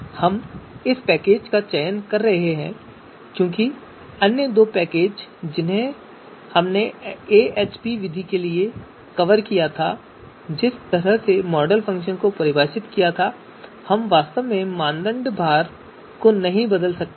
हम इस पैकेज का चयन कर रहे हैं क्योंकि अन्य दो पैकेज जिन्हें हमने एएचपी विधि के लिए कवर किया है जिस तरह से मॉडल फ़ंक्शन को परिभाषित किया गया है हम वास्तव में मानदंड भार को नहीं बदल सकते हैं